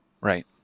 Right